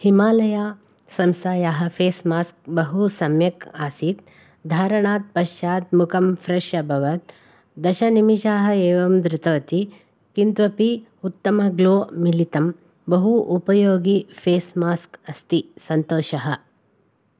हिमालयसंस्थायाः face mask बहु सम्यक् आसीत् धारणात् पश्चात् मुखं फ्रेश् अभवत् दशनिमेषाः एवं धृतवती किन्त्वपि उत्तमग्लो मिलितम् बहु उपयोगि फ़ेस् मास्क् अस्ति सन्तोषः